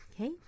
okay